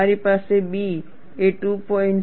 તમારી પાસે B A 2